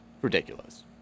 ridiculous